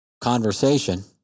conversation